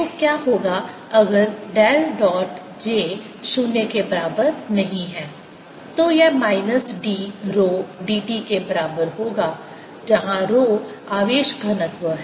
तो क्या होगा अगर डेल डॉट j 0 के बराबर नहीं है तो यह माइनस d रो dt के बराबर होगा जहां रो आवेश घनत्व है